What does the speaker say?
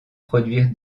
produire